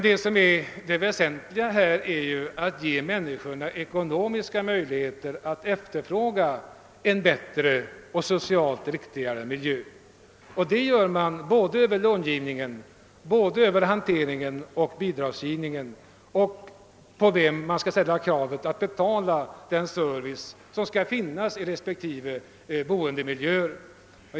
Vad som är väsentligt är att ge människorna ekonomiska möjligheter att efterfråga en bättre och socialt riktigare miljö, och det gör man både genom långivningen och genom bidragsgivningen liksom att taga ställning till vem som skall betala den service som skall tillhandahållas inom respektive bostadsmiljöer.